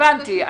הבנתי.